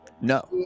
no